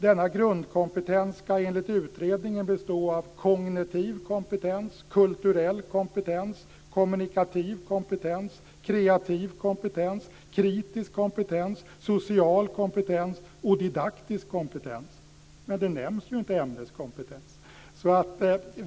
Denna grundkompetens ska enligt utredningen bestå av kognitiv kompetens, kulturell kompetens, kommunikativ kompetens, kreativ kompetens, kritisk kompetens, social kompetens och didaktisk kompetens. Men ämneskompetens nämns inte.